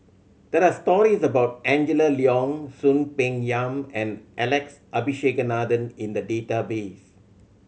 there are stories about Angela Liong Soon Peng Yam and Alex Abisheganaden in the database